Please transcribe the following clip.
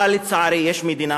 אבל לצערי יש מדינה,